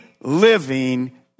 living